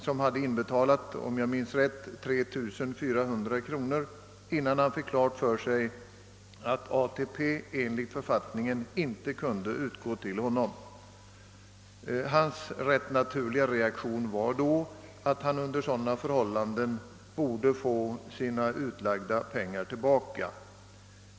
Han hade inbetalt 3 400 kronor — om jag minns rätt — innan han fick klart för sig att ATP författningsenligt inte kunde utgå till honom. Hans ganska naturliga reaktion var då att han under sådana förhållanden borde få sina utlägg tillbaka.